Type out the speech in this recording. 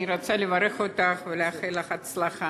אני רוצה לברך אותך ולאחל לך הצלחה.